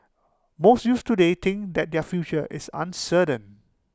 most youths today think that their future is uncertain